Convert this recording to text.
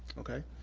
okay?